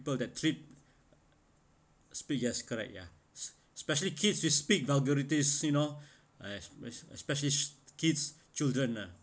people that treat speak yes correct ya especially kids we speak vulgarities you know as~ especially kids children ah